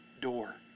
door